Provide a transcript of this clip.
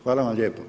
Hvala vam lijepo.